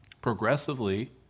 Progressively